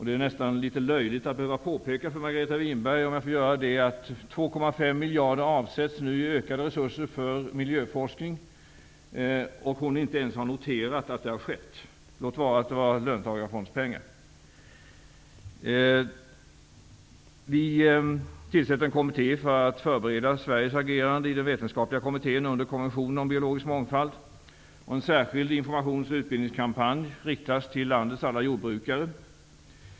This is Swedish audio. Det är nästan litet löjligt att behöva påpeka för Margareta Winberg att 2,5 miljarder nu avsätts i form av ökade resurser till miljöforskning. Hon har inte ens noterat att det har skett. Låt vara att det är fråga om löntagarfondspengar. Vi tillsätter en kommitté för att förbereda Sveriges agerande i den vetenskapliga kommittén under konventionen om biologisk mångfald, och en särskild informations och utbildningskampanj riktas till landets alla jordbrukare.